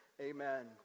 Amen